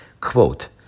Quote